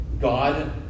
God